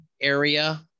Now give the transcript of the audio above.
area